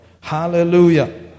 Hallelujah